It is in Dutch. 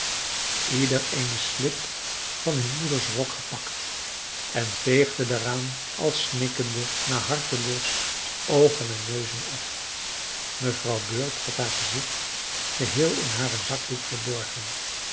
ieder eene slip van hun moeders rok gepakt en veegden daaraan al snikkende naar hartelust oogen en neuzen af mevrouw bird had haar gezicht geheel in haren zakdoek verborgen